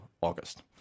August